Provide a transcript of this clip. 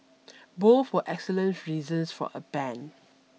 both for excellent reasons for a ban